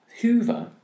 Hoover